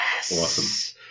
Awesome